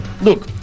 Look